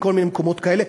מכל מיני מקומות כאלה.